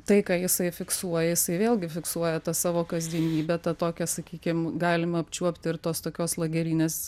tai ką jisai fiksuoja jisai vėlgi fiksuoja tą savo kasdienybę tą tokią sakykim galima apčiuopti ir tos tokios lagerinės